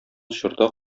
чорда